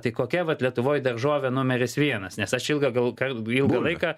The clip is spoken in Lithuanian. tai kokia vat lietuvoj daržovė numeris vienas nes aš ilgą ilgą laiką